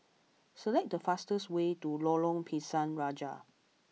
select the fastest way to Lorong Pisang Raja